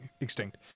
extinct